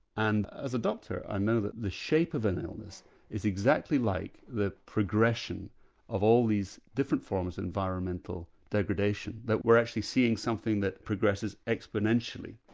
and as a doctor i know that the shape of an illness is exactly like the progression of all these different forms of environmental degradation, that we're actually seeing something that progresses exponentially.